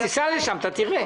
תיסע לשם ותראה.